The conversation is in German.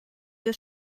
des